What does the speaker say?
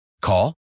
Call